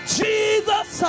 jesus